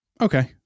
Okay